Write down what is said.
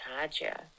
gotcha